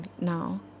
now